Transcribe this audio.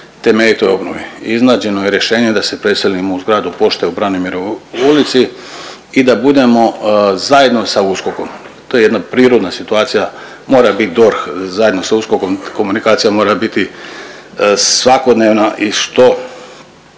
temeljitoj obnovi. Iznađeno je rješenje da se preselimo u zgradu pošte u Branimirovoj ulici i da budemo zajedno sa USKOK-om. To je jedna prirodna situacija, mora biti DORH zajedno sa USKOK-om, komunikacija mora biti svakodnevna i što